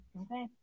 Okay